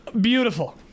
beautiful